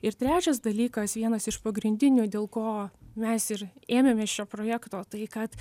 ir trečias dalykas vienas iš pagrindinių dėl ko mes ir ėmėmės šio projekto tai kad